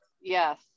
Yes